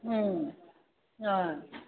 ꯎꯝ ꯑꯥ